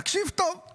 תקשיב טוב,